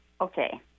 Okay